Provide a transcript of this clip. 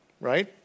right